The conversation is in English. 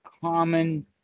common